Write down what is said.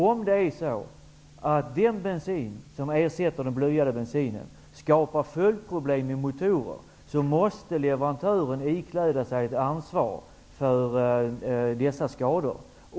Om den bensin som ersätter blyad bensin skapar följdproblem vad gäller motorer, måste leverantören ikläda sig ett ansvar för uppkomna skador.